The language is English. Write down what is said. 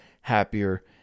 happier